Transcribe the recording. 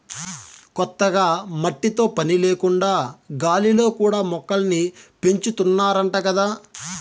కొత్తగా మట్టితో పని లేకుండా గాలిలో కూడా మొక్కల్ని పెంచాతన్నారంట గదా